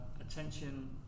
attention